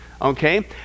Okay